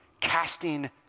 casting